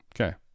Okay